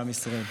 לעם ישראל.